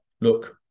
Look